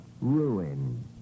ruin